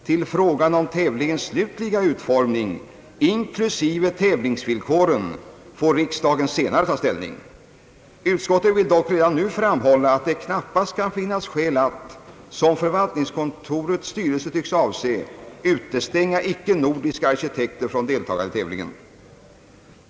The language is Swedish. Till frågan om tävlingens slutliga utformning, inklusive tävlingsvillkoren, får riksdagen alltså senare ta ställning. Utskottet vill dock redan nu framhålla att det knappast kan finnas skäl att, såsom förvaltningskontorets styrelse tycks avse, utestänga icke-nordiska arkitekter från deltagande 1 tävlingen.